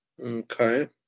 Okay